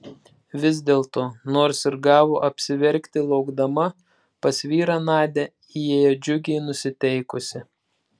vis dėlto nors ir gavo apsiverkti laukdama pas vyrą nadia įėjo džiugiai nusiteikusi